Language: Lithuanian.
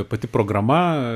pati programa